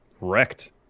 wrecked